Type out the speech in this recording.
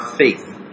faith